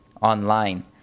online